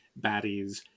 baddies